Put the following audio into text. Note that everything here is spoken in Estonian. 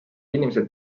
inimesed